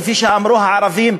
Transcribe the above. כפי שאמרו הערבים,